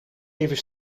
even